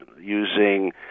using